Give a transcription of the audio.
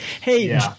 Hey